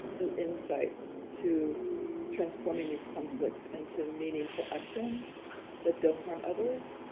new insights to transforming these conflicts into meaningful actions that don't harm others,